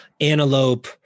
antelope